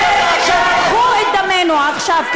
שפכו את דמנו עכשיו,